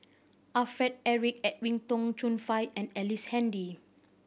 Alfred Eric Edwin Tong Chun Fai and Ellice Handy